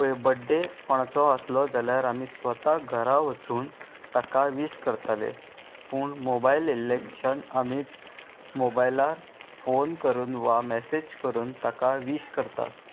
पळय बड्डे कोणाचो आसलो जाल्यार आमी स्वता घरा वचून ताका वीस करताले पूण मोबायल इलेक्शन आमी मोबायलार फोन करून वा मॅसेज करून ताका वीश करतात